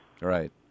Right